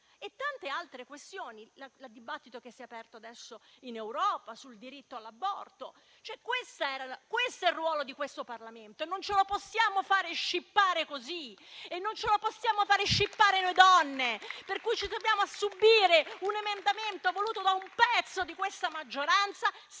e tante altre questioni, come il dibattito che si è aperto adesso in Europa sul diritto all'aborto. Questo è il ruolo di questo Parlamento e non ce lo possiamo fare scippare così, non ce lo possiamo fare scippare noi donne. Ci troviamo a subire un emendamento voluto da un pezzo di questa maggioranza, senza